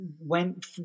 went